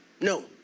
no